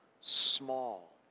small